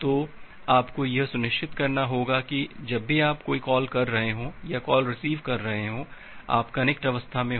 तो आपको यह सुनिश्चित करना होगा कि जब भी आप कोई कॉल कर रहे हों या कॉल रिसीव कर रहे हों आप कनेक्ट अवस्था में हों